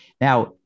now